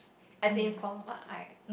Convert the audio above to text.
as in from what I